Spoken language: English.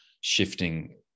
shifting